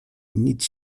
nic